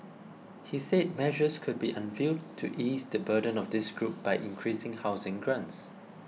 he said measures could be unveiled to ease the burden of this group by increasing housing grants